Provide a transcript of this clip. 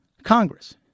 congress